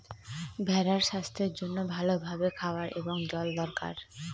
ভেড়ার স্বাস্থ্যের জন্য ভালো ভাবে খাওয়ার এবং জল দরকার